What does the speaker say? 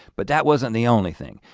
but that wasn't the only thing.